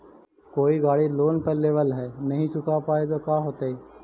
कोई गाड़ी लोन पर लेबल है नही चुका पाए तो का होतई?